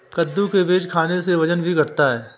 कद्दू के बीज खाने से वजन भी घटता है